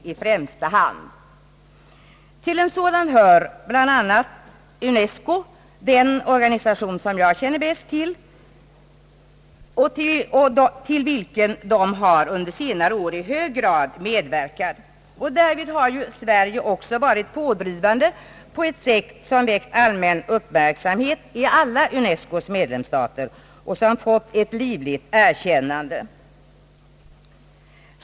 Till de organ, som arbetar för u-ländernas kvinnor, hör UNESCO som är den organisation jag bäst känner till. UNESCO har under senare år varit i hög grad verksam på detta område. Därvid har Sverige varit pådrivande på ett sätt som väckt allmän uppmärksamhet i alla UNESCO:s medlemsstater och som rönt ett livligt erkännande.